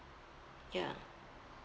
ya